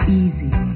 easy